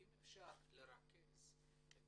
אם אפשר לרכז את